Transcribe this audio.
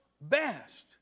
best